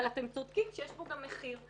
אבל אתם צודקים שיש פה גם מחיר,